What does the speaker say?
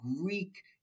Greek